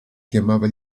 chiamava